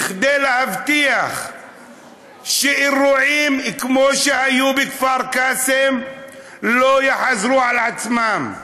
כדי להבטיח שאירועים כמו שהיו בכפר קאסם לא יחזרו על עצמם.